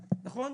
נכון?